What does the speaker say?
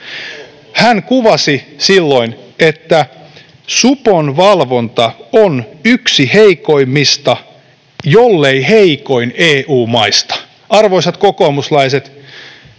Hän kuvasi silloin, että supon valvonta on yksi heikoimmista, jollei heikoin EU-maista. Arvoisat kokoomuslaiset,